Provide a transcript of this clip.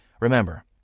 Remember